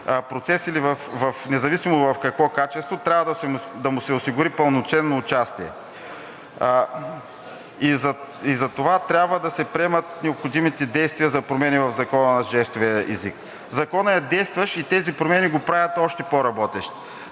процес, независимо в какво качество, трябва да му се осигури пълноценно участие. Затова трябва да се приемат необходимите действия за промени в Закона за жестовия език. Законът е действащ и тези промени го правят още по-работещ.